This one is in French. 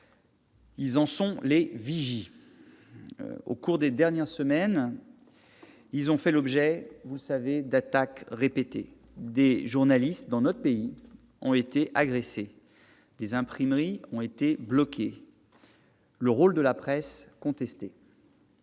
Ils en sont les vigies. Au cours des dernières semaines, ils ont fait l'objet, vous le savez, d'attaques répétées. Des journalistes, dans notre pays, ont été agressés ; des imprimeries ont été bloquées ; le rôle de la presse est contesté.